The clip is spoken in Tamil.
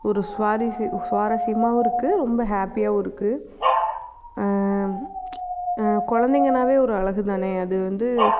ஒரு சுவாரசிய சுவாரசியமாகவும் இருக்கு ரொம்ப ஹாப்பியாகவும் இருக்கு குலந்தைங்கனாவே ஒரு அழகுதானே அது வந்து